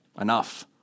enough